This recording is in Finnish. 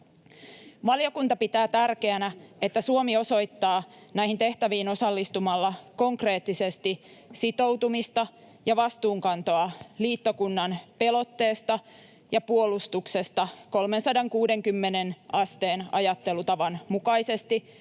Valiokunta pitää tärkeänä, että Suomi osoittaa näihin tehtäviin osallistumalla konkreettisesti sitoutumista ja vastuunkantoa liittokunnan pelotteesta ja puolustuksesta 360 asteen ajattelutavan mukaisesti